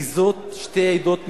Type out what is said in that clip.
כי אלה שתי עדות מיוחדות,